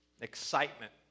excitement